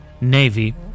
navy